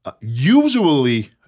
usually